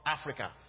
Africa